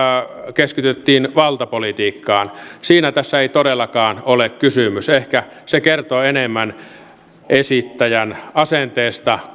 keskityttiin valtapolitiikkaan siitä tässä ei todellakaan ole kysymys ehkä se kertoo enemmän esittäjän asenteesta